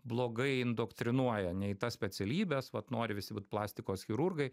blogai indoktrinuoja ne į tas specialybes vat nori visi būt plastikos chirurgai